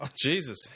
Jesus